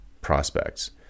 prospects